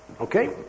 Okay